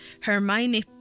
Hermione